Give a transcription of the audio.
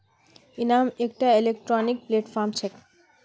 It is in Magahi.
इनाम एकटा इलेक्ट्रॉनिक प्लेटफॉर्म छेक